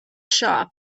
shop